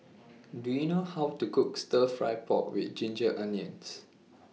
Do YOU know How to Cook Stir Fry Pork with Ginger Onions